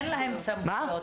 אין להם סמכויות.